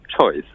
choice